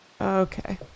Okay